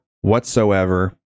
whatsoever